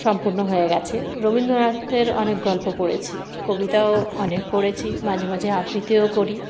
সম্পূর্ণ হয়ে গেছে রবীন্দ্রনাথের অনেক গল্প পড়েছি কবিতাও অনেক পড়েছি মাঝে মাঝে আবৃত্তিও করি